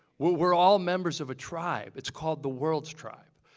we're we're all members of a tribe. it's called the world's tribe,